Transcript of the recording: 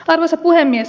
arvoisa puhemies